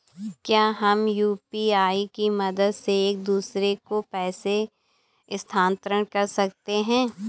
क्या हम यू.पी.आई की मदद से एक दूसरे को पैसे स्थानांतरण कर सकते हैं?